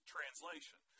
Translation